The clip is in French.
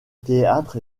théâtre